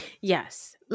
Yes